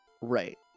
Right